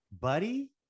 buddy